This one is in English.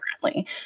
currently